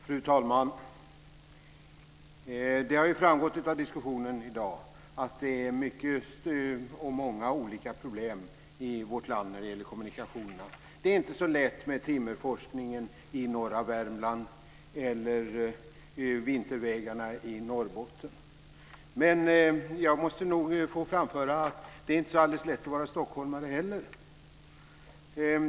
Fru talman! Det har framgått av diskussionen i dag att det finns många olika problem i vårt land när det gäller kommunikationerna. Det är inte så lätt med timmerforslingen i norra Värmland eller vintervägarna i Norrbotten. Men jag måste nog få framföra att det inte är så alldeles lätt att vara stockholmare heller.